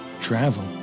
Travel